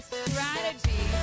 strategy